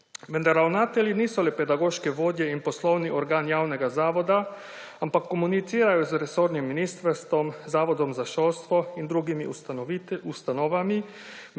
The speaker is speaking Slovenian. Vendar ravnatelji niso le pedagoške vodje in poslovni organ javnega zavoda, ampak komunicirajo z resornim ministrstvom, Zavodom za šolstvo in drugimi ustanovami,